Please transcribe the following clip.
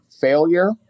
failure